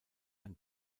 ein